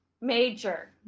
major